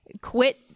Quit